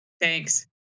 Thanks